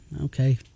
Okay